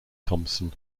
thompson